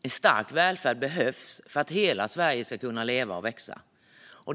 En stark välfärd behövs för att hela Sverige ska kunna leva och växa.